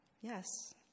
Yes